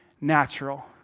natural